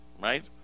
right